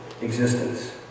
existence